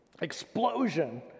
explosion